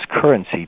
currency